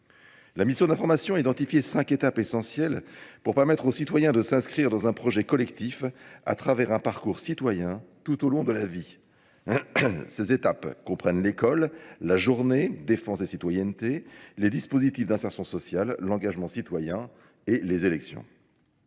La mission d'information a identifié cinq étapes essentielles pour permettre aux citoyens de s'inscrire dans un projet collectif à travers un parcours citoyen tout au long de la vie. Ces étapes comprennent l'école, la journée, défense et citoyenneté, les dispositifs d'insertion sociale, l'engagement citoyen et les élections.